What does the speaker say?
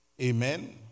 Amen